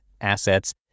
assets